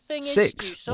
Six